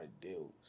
deals